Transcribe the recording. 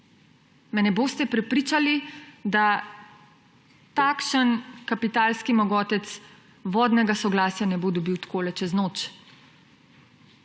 Me ne boste prepričali, da takšen kapitalski mogotec vodnega soglasja ne bo dobil takole, čez noč!